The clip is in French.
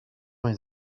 mes